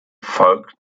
folgt